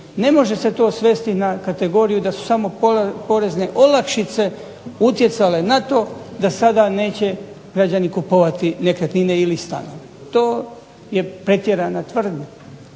Ne može se to svesti na kategoriju da su samo porezne olakšice utjecale na to da sada neće građani kupovati nekretnine ili stanove. To je pretjerana tvrdnja.